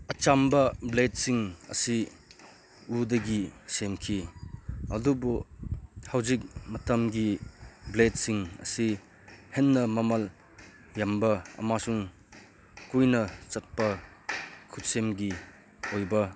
ꯑꯆꯝꯕ ꯕ꯭ꯂꯦꯗꯁꯤꯡ ꯑꯁꯤ ꯎꯗꯒꯤ ꯁꯦꯝꯈꯤ ꯑꯗꯨꯕꯨ ꯍꯧꯖꯤꯛ ꯃꯇꯝꯒꯤ ꯕ꯭ꯂꯦꯗꯁꯤꯡ ꯑꯁꯤ ꯍꯦꯟꯅ ꯃꯃꯜ ꯌꯥꯝꯕ ꯑꯃꯁꯨꯡ ꯀꯨꯏꯅ ꯆꯠꯄ ꯈꯨꯠꯁꯦꯝꯒꯤ ꯑꯣꯏꯕ